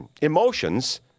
emotions